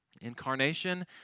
incarnation